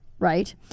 Right